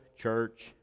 church